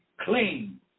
clean